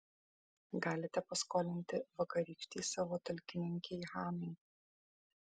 galite paskolinti vakarykštei savo talkininkei hanai